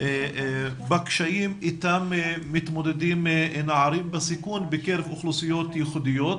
בקשיים איתם מתמודדים נערים בסיכון בקרב אוכלוסיות ייחודיות,